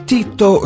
Tito